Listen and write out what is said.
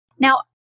Now